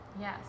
Yes